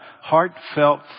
heartfelt